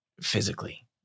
physically